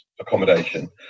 accommodation